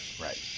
right